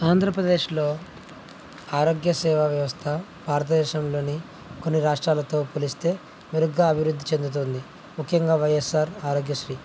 ఆంధ్రప్రదేశ్లో ఆరోగ్య సేవా వ్యవస్థ భారతదేశంలోని కొన్ని రాష్ట్రాలతో పోలిస్తే మెరుగ్గా అభివృద్ధి చెందుతుంది ముఖ్యంగా వైఎస్ఆర్ ఆరోగ్యశ్రీ